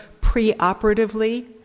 preoperatively